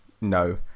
No